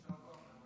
תודה רבה.